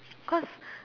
cause